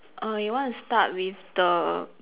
err you want to start with the